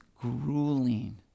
grueling